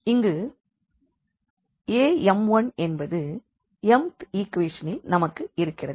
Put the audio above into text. இங்கு am1என்பது mth equation ல் நமக்கு இருக்கிறது